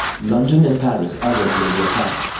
london and paris are regularly attacked.